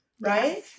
right